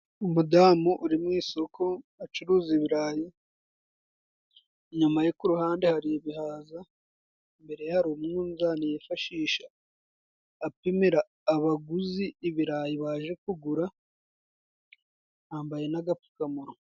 Umudamu uri mu isoko acuruza ibirayi, inyuma ye ku ruhande hari ibihaza, imbere hari umunzani yifashisha apimira abaguzi ibirayi baje kugura, yambaye n'agapfukamunwa.